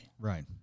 Right